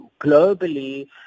globally